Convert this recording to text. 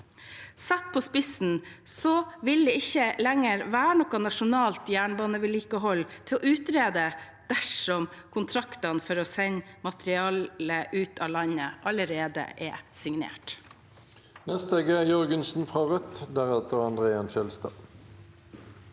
Satt på spissen vil det ikke lenger være noe nasjonalt togvedlikehold å utrede dersom kontraktene for å sende materiellet ut av landet allerede er signert.